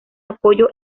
apoyo